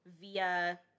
via